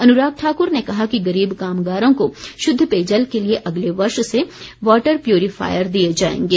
अनुराग ठाकुर ने कहा कि गरीब कामगारों को शुद्ध पेयजल के लिए अगले वर्ष से वाटर प्यूरीफायर दिए जाएंगे